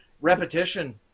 repetition